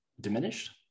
diminished